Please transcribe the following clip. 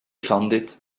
funded